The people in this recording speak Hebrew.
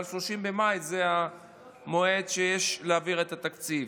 אבל 30 במאי זה המועד שבו יש להעביר את התקציב.